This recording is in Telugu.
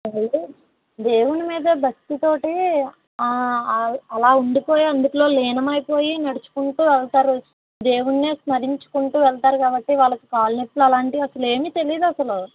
వాళ్ళు దేవుడి మీద భక్తితోటి అలా ఉండిపోయి అందులో లీనమైపోయి నడుచుకుంటూ వెళ్తారు దేవుణ్ణే స్మరించుకుంటూ వెళ్తారు కాబట్టి వాళ్ళకి కాళ్ళ నొప్పులు అలాంటివి అసలు ఏమీ తెలియదు అసలు